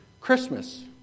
Christmas